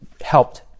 helped